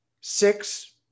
six